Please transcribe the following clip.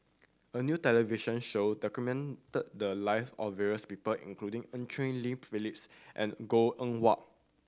a new television show documented the live of various people including Eu Cheng Li Phyllis and Goh Eng Wah